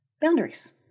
boundaries